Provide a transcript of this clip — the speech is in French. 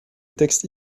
texte